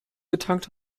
getankt